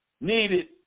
needed